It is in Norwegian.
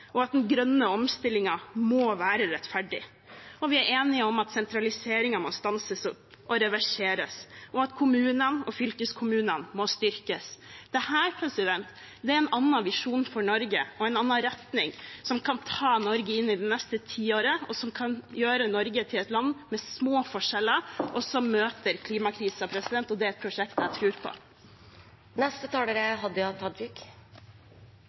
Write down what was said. og at den grønne omstillingen må være rettferdig. Og vi er enige om at sentraliseringen må stanses og reverseres, og at kommunene og fylkeskommunene må styrkes. Dette er en annen visjon for Norge og en annen retning, som kan ta Norge inn i det neste tiåret, som kan gjøre Norge til et land med små forskjeller, og som møter klimakrisen – og det er et prosjekt jeg tror på.